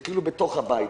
זה בתוך הבית.